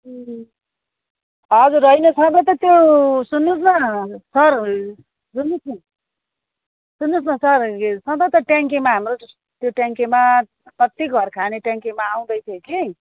ए हजुर होइन छन त त्यो सुन्नुहोस् न सर सुन्नुहोस् न सुन्नुहोस् न सर सधैँ त ट्याङ्कीमा हाम्रो त्यो ट्याङ्कीमा जति घर खाने ट्याङ्कीमा आउँदै थियो कि